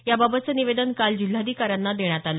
याबाबतचं निवेदन काल जिल्हाधिकाऱ्यांना देण्यात आलं